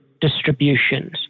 distributions